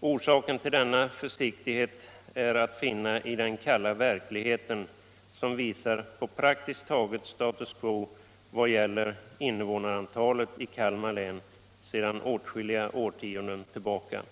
Orsaken till denna försiktighet är att finna i den kalla verkligheten som visar på praktiskt taget status quo i vad gäller invånarantalet i Kalmar län sedan åtskilliga årtionden tillbaka.